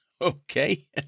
okay